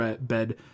bed